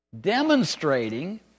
demonstrating